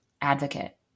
advocate